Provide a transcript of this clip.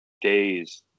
days